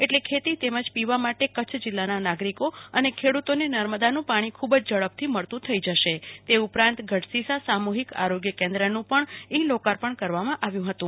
એટલે ખેતી તેમજ પીવા માટે કચ્છ જિલ્લાના નાગરિકો અને ખેડુતોને નર્મદાનું પાણી ખુબ ઝડપથી મળતુ થઈ જશે તે ઉપરાંત ગઢસીસા સામુહિક આરોગ્ય કેન્દ્રનું પણ ઈ લોકાર્પણ કર વા માં આવ્યુ હતું